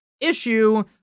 issue